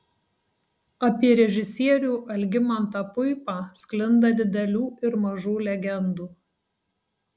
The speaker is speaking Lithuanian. apie režisierių algimantą puipą sklinda didelių ir mažų legendų